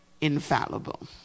infallible